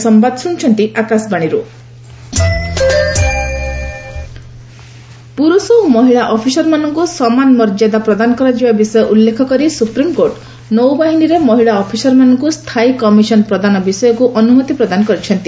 SC navy women ପୁରୁଷ ଓ ମହିଳା ଅଫିସରମାନଙ୍କୁ ସମାନ ମର୍ଯ୍ୟଦା ପ୍ରଦାନ କରାଯିବା ବିଷୟ ଉଲ୍ଲେଖ କରି ସୁପ୍ରିମକୋର୍ଟ ନୌବାହିନୀରେ ମହିଳା ଅଫିସରମାନଙ୍କୁ ସ୍ଥାୟୀ କମିଶନ ପ୍ରଦାନ ବିଷୟକୁ ଅନୁମତି ପ୍ରଦାନ କହିଛନ୍ତି